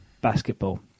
basketball